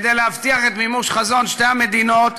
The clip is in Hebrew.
כדי להבטיח את מימוש חזון שתי המדינות,